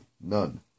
None